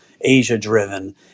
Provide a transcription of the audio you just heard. Asia-driven